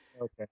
Okay